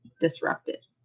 disrupted